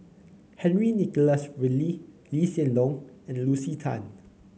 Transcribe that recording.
Henry Nicholas Ridley Lee Hsien Loong and Lucy Tan